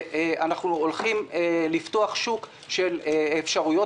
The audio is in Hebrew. ואנחנו הולכים לפתוח שוק של אפשרויות